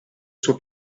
suo